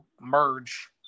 merge